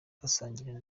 basangira